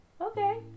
Okay